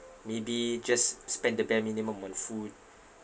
maybe just spend the bare minimum on food